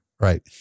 Right